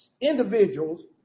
individuals